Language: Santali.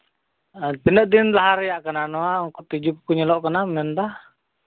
ᱟᱨ ᱛᱤᱱᱟᱹᱜ ᱫᱤᱱ ᱞᱟᱦᱟ ᱨᱮᱭᱟᱜ ᱠᱟᱱᱟ ᱱᱚᱣᱟ ᱛᱤᱡᱩ ᱠᱚᱠᱚ ᱧᱮᱞᱚᱜ ᱠᱟᱱᱟ ᱢᱮᱱᱫᱟ